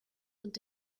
und